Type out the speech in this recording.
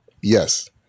Yes